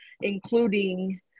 including